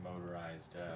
motorized